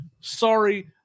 Sorry